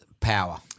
power